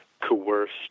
coerced